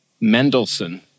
Mendelssohn